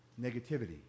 negativity